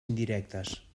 indirectes